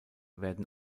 werden